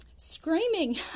screaming